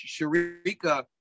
Sharika